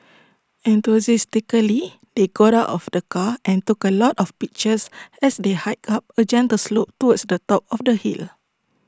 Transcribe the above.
they got out of the car and took A lot of pictures as they hiked up A gentle slope towards the top of the hill